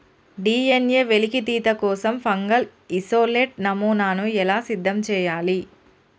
DNA వెలికితీత కోసం fungal isolate నమూనాను ఎలా సిద్ధం చెయ్యాలి?